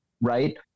Right